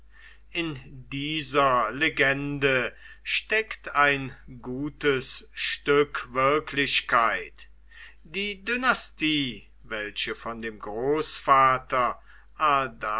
in dieser legende steckt ein gutes stück wirklichkeit die dynastie welche von dem großvater